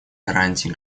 гарантии